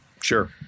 Sure